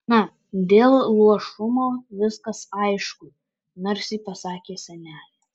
na dėl luošumo viskas aišku narsiai pasakė senelė